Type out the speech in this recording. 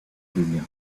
biblia